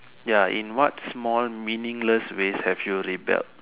ya in what small meaningless ways have you rebelled